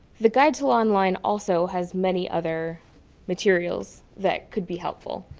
the guide to online also has many other materials that could be helpful.